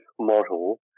model